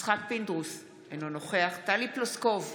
יצחק פינדרוס, אינו נוכח טלי פלוסקוב,